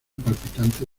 palpitante